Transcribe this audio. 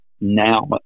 now